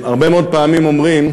הרבה מאוד פעמים אומרים: